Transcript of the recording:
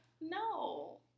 No